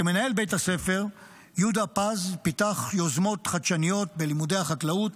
כמנהל בית הספר יהודה פז פיתוח יוזמות חדשניות בלימודי החקלאות,